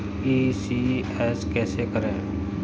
ECS कैसे करें?